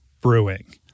Brewing